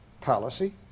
policy